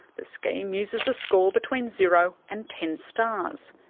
the scheme uses a score between zero and ten stars.